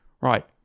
right